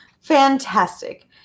Fantastic